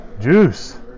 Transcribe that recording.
Juice